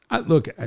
Look